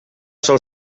sol